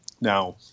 Now